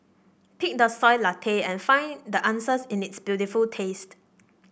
pick the Soy Latte and find the answers in its beautiful taste